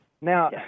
Now